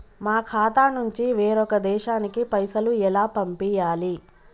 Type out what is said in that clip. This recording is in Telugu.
మా ఖాతా నుంచి వేరొక దేశానికి పైసలు ఎలా పంపియ్యాలి?